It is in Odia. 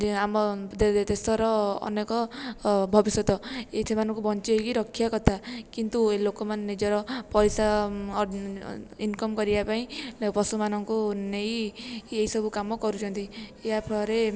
ଏ ଆମ ଦେଶର ଅନେକ ଭବିଷ୍ୟତ ଏ ସେମାନଙ୍କୁ ବଞ୍ଚାଇକି ରଖିବା କଥା କିନ୍ତୁ ଏ ଲୋକମାନେ ନିଜର ପଇସା ଇନକମ୍ କରିବା ପାଇଁ ପଶୁମାନଙ୍କୁ ନେଇ ଏହିସବୁ କାମ କରୁଛନ୍ତି ଏହା ଫଳରେ